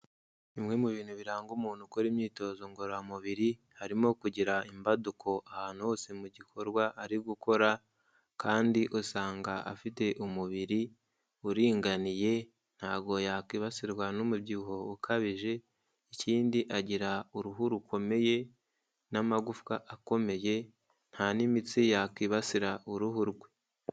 Bimwe mu bintu biranga umuntu ukora imyitozo ngororamubiri harimo kugira imbaduko ahantu hose mu gikorwa ari gukora, kandi usanga afite umubiri uringaniye, ntabwo yakwibasirwa n'umubyibuho ukabije, ikindi agira uruhu rukomeye n'amagufwa akomeye, nta n'imitsi yakwibasira uruhu rwe.